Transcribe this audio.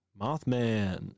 Mothman